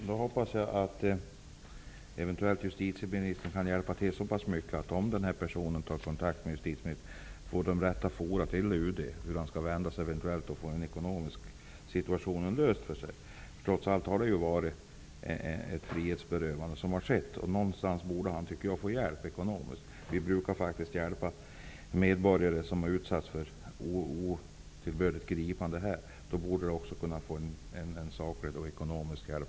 Fru talman! Jag hoppas att justitieministern kan hjälpa personen i fråga med att komma i kontakt med UD och visa honom vart han skall vända sig för att få den ekonomiska situationen löst. Det har trots allt skett ett frihetsberövande, och jag tycker att han borde få ekonomisk hjälp. Vi brukar hjälpa medborgare som utsatts för otillbörligt gripande här i Sverige. Då borde också denne man få ekonomisk hjälp.